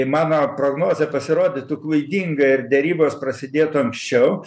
mano prognozė pasirodytų klaidinga ir derybos prasidėtų anksčiau